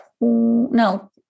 no